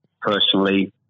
personally